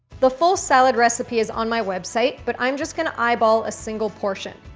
the full salad recipe is on my website, but i'm just going to eyeball a single portion.